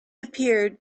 appeared